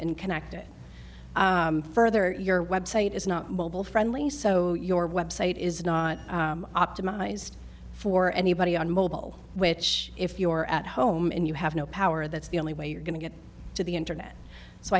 and connected further your website is not mobile friendly so your website is not optimized for anybody on mobile which if you're at home and you have no power that's the only way you're going to get to the internet so